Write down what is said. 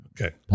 Okay